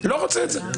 לא רוצה את זה.